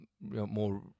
more